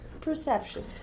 perception